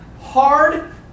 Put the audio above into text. hard